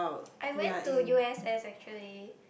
I went to U_S_S actually